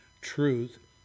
truth